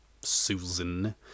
Susan